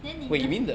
then 你呢